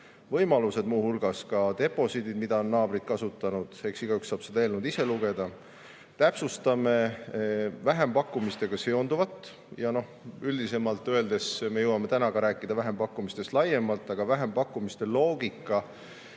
võimalused, muu hulgas ka deposiidid, mida on naabrid kasutanud. Eks igaüks saab seda eelnõu ise lugeda. Täpsustame vähempakkumistega seonduvat. Üldisemalt öeldes, me jõuame täna rääkida vähempakkumistest laiemalt, aga vähempakkumiste loogika